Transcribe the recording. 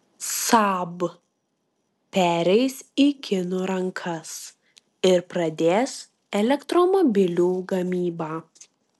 saab pereis į kinų rankas ir pradės elektromobilių gamybą